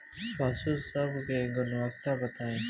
पशु सब के गुणवत्ता बताई?